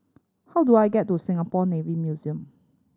how do I get to Singapore Navy Museum